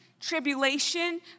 tribulation